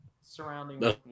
surrounding